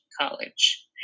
college